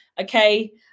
okay